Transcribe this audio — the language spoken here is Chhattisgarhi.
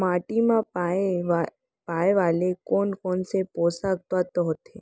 माटी मा पाए वाले कोन कोन से पोसक तत्व होथे?